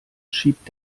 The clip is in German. schiebt